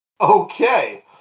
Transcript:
Okay